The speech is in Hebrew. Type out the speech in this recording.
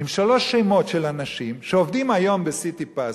עם שלושה שמות של אנשים שעובדים היום ב"סיטיפס",